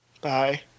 bye